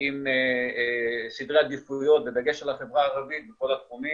עם סדרי עדיפויות בדגש על החברה הערבית בכל התחומים.